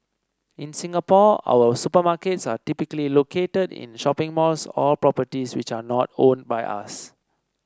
in Singapore our supermarkets are typically located in shopping malls or properties which are not owned by us